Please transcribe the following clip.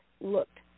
looked